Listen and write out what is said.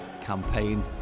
campaign